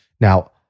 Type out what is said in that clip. Now